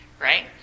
right